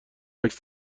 عکس